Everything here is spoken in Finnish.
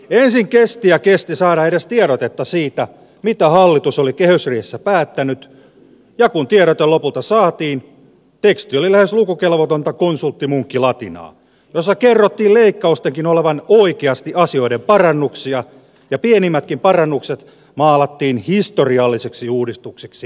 ensin kesti ja kesti saada edes tiedotetta siitä mitä hallitus oli kehysriihessä päättänyt ja kun tiedote lopulta saatiin teksti oli lähes lukukelvotonta konsulttimunkkilatinaa jossa kerrottiin leikkaustenkin olevan oikeasti asioiden parannuksia ja pienimmätkin parannukset maalattiin historiallisiksi uudistuksiksi